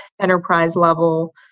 enterprise-level